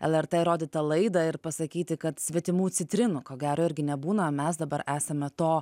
lrt rodytą laidą ir pasakyti kad svetimų citrinų ko gero irgi nebūna o mes dabar esame to